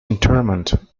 interment